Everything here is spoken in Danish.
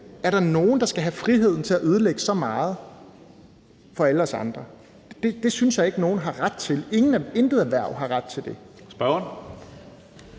Er der nogen, der skal have friheden til at ødelægge så meget for alle os andre? Det synes jeg ikke nogen har ret til, intet erhverv har ret til det.